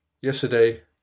yesterday